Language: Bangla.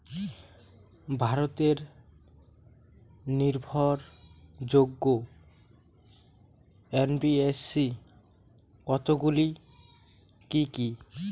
ভারতের নির্ভরযোগ্য এন.বি.এফ.সি কতগুলি কি কি?